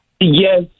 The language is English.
Yes